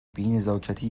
بینزاکتی